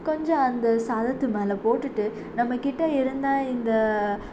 கொஞ்சம் அந்த சாதத்து மேல் போட்டுட்டு நம்மக்கிட்ட இருந்த இந்த